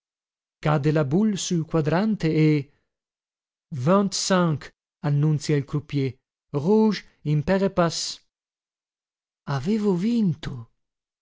boule sul quadrante e vingtcinq annunzia il croupier rouge impair et passe avevo vinto